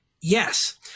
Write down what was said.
yes